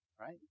Right